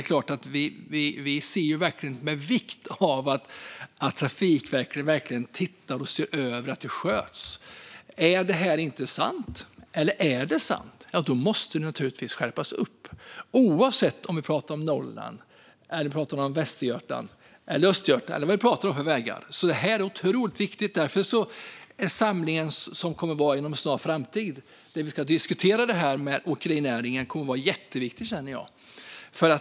Regeringen ser alltså vikten av att Trafikverket ser över att det verkligen sköts. Är det inte sant, eller är det sant? Det måste naturligtvis skärpas upp. Oavsett om man pratar om Norrland, Västergötland, Östergötland eller vägar på andra håll är detta otroligt viktigt. Inom en snar framtid ska vi i utskottet diskutera detta med åkerinäringen, och det blir en jätteviktig samling.